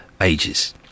ages